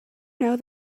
know